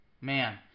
man